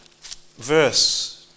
verse